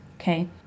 okay